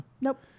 Nope